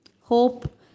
Hope